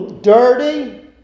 dirty